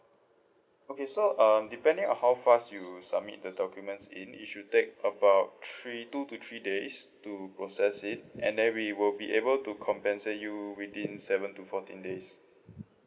okay so um depending on how fast you submit the documents in it should take about three two to three days to process it and then we will be able to compensate you within seven to fourteen days